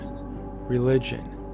Religion